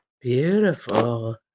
Beautiful